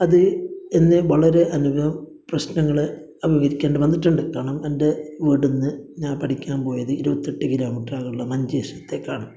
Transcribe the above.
അത് എന്നെ വളരെ അനുഭവ പ്രശ്നങ്ങള് അഭിമുഖീകരിക്കേണ്ടി വന്നിട്ടുണ്ട് കാരണം എൻ്റെ വീട്ടിൽ നിന്ന് ഞാൻ പഠിക്കാൻ പോയത് ഇരുപത്തെട്ട് കിലോമീറ്റർ അകലുള്ള മഞ്ചേശ്വരത്തേക്കാണ്